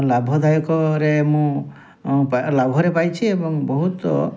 ଲାଭଦାୟକରେ ମୁଁ ଲାଭରେ ପାଇଛି ଏବଂ ବହୁତ